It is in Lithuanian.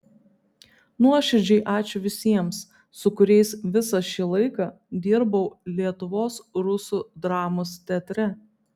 nuoširdžiai ačiū visiems su kuriais visą šį laiką dirbau lietuvos rusų dramos teatre